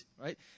right